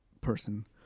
person